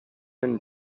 and